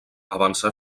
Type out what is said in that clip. avançà